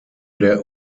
der